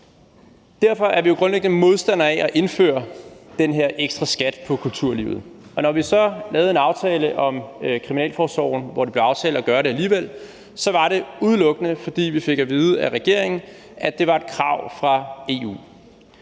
Derfor er vi jo grundlæggende modstandere af at indføre den her ekstraskat på kulturlivet. Og da vi så lavede en aftale om kriminalforsorgen, hvor det blev aftalt at gøre det alligevel, var det udelukkende, fordi vi fik at vide af regeringen, at det var et krav fra EU.